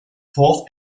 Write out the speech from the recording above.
fourth